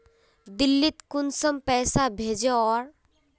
दिल्ली त कुंसम पैसा भेज ओवर?